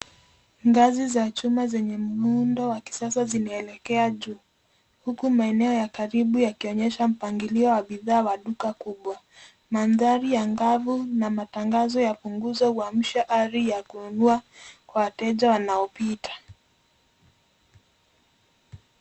Ngazi za chuma zenye muundo wa kisasa zinaelekea juu, huku maeneo ya karibu yakionyesha mpangilio wa bidhaa wa duka kubwa. Mandhari angavu na matangazo ya punguzo huamsha ari ya kununua kwa wateja wanaopita.